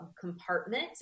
compartment